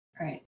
Right